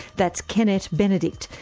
that's kennette benedict,